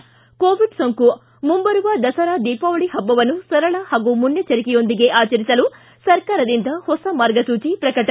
ಿ ಕೋವಿಡ್ ಸೋಂಕು ಮುಂಬರುವ ದಸರಾ ದೀಪಾವಳಿ ಪಬ್ಬವನ್ನು ಸರಳ ಹಾಗೂ ಮನ್ನೆಚ್ಚರಿಕೆಯೊಂದಿಗೆ ಆಚರಿಸಲು ಸರ್ಕಾರದಿಂದ ಹೊಸ ಮಾರ್ಗಸೂಚಿ ಪ್ರಕಟ